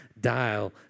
dial